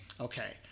Okay